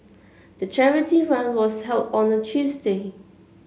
the charity run was held on a Tuesday